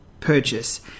purchase